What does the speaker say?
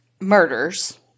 murders